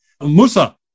Musa